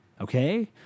okay